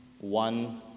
one